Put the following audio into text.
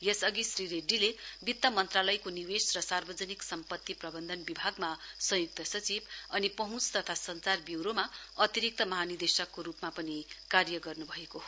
यसअघि श्री रेड्डीले वित्त मन्त्रालयको निवेश सार्वाजनिक सम्पति प्रवन्धन विभागमा संयुक्त सचिव अनि पहूँच तथा सञ्चार ब्यूरोमा अतिरित महानिदेशकको रुपमा पनि कार्य गर्नुभएको हो